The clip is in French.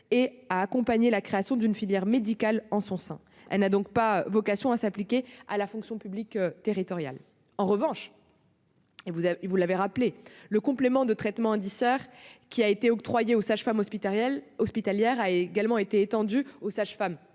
et à accompagner la création d'une filière médicale. Elle n'a donc pas vocation à s'appliquer à la fonction publique territoriale. En revanche, le complément de traitement indiciaire, qui a été octroyé aux sages-femmes hospitalières, a été étendu aux sages-femmes